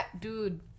Dude